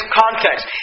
context